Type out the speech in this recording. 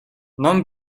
ном